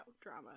drama